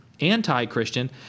anti-Christian